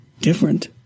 different